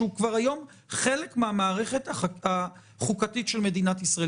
שהוא כבר היום חלק מן המערכת החוקתית של מדינת ישראל.